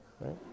right